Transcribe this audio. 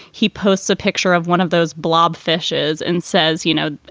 he posts a picture of one of those blob fishes and says, you know,